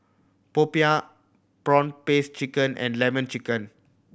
popiah prawn paste chicken and Lemon Chicken